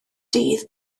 dydd